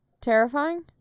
Terrifying